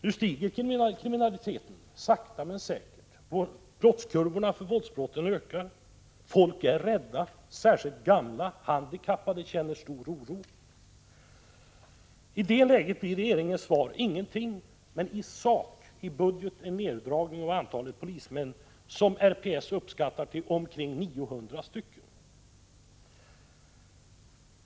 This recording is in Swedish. Nu ökar kriminaliteten, sakta men säkert, och kurvorna för våldsbrotten stiger. Folk är rädda. Särskilt gamla och handikappade känner stor oro. Om åtgärder emot detta sägs ingenting i svaret från regeringen. Men vi ser vad som sker i handling — i budgeten, i neddragningen av antalet polismän, som RPS beräknar omfatta ca 900.